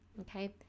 Okay